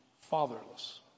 fatherless